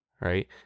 right